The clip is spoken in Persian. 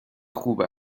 خوب